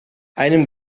einem